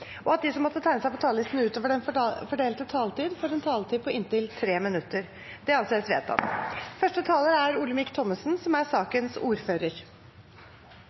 og at de som måtte tegne seg på talerlisten utover den fordelte taletid, får en taletid på inntil 3 minutter. – Det anses vedtatt. Foranledningen til dette representantforslaget er